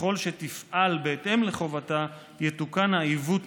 וככל שתפעל בהתאם לחובתה יתוקן העיוות